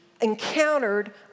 encountered